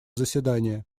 заседания